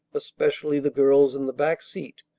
especially the girls in the back seat,